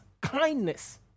kindness